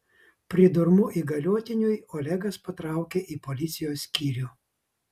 pridurmu įgaliotiniui olegas patraukė į policijos skyrių